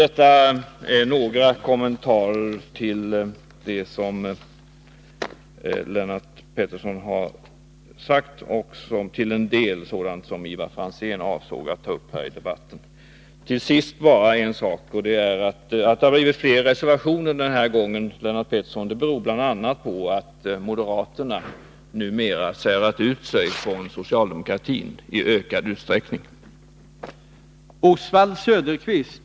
Detta är några kommentarer till vad Lennart Pettersson har sagt. Att det har blivit fler reservationer den här gången, Lennart Pettersson, beror bl.a. på att moderaterna nu i ökad utsträckning särar ut sig från socialdemokratin.